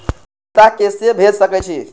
पैसा के से भेज सके छी?